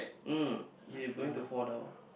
um you going to fall down